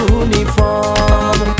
uniform